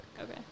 Okay